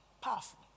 Powerful